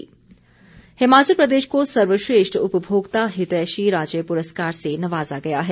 पुरस्कार हिमाचल प्रदेश को सर्वश्रेष्ठ उपभोक्ता हितैषी राज्य पुरस्कार से नवाजा गया है